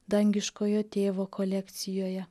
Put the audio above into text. dangiškojo tėvo kolekcijoje